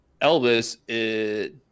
elvis